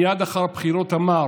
מייד אחרי הבחירות אמר